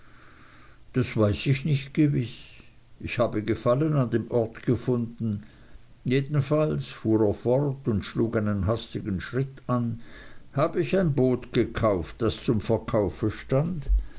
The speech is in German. das weiß ich nicht gewiß ich habe gefallen an dem orte gefunden jedenfalls fuhr er fort und schlug einen hastigen schritt ein habe ich ein boot gekauft das zum verkauf stand